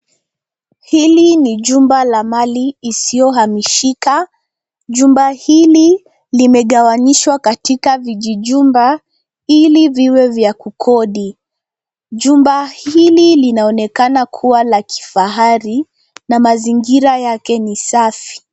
Hili ni jumba la mali isiyohamishika. Jumba hili limegawanyishwa katika vijijumba ili viwe vya kukodi. Jumba ili linaonekana kuwa la kifahari na mazingira yake ni safi.